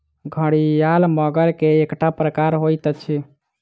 घड़ियाल मगर के एकटा प्रकार होइत अछि